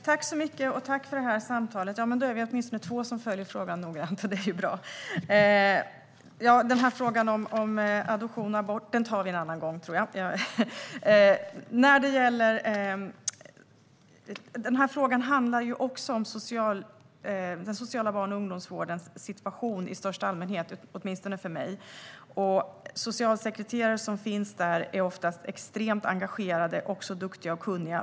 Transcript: Fru talman! Tack för samtalet! Då är vi åtminstone två som följer frågan noggrant, och det är ju bra. Jag tror att vi tar frågan om adoption och abort en annan gång. Denna fråga handlar också, åtminstone för mig, om den sociala barn och ungdomsvårdens situation i största allmänhet. Socialsekreterare som finns där är ofta extremt engagerade, duktiga och kunniga.